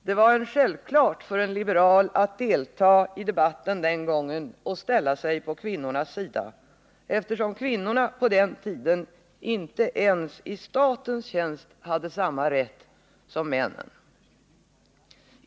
Det var självklart för en liberal att delta i debatten den gången och ställa sig på kvinnornas sida, eftersom kvinnorna på den tiden inte ens i statens tjänst hade samma rätt som männen.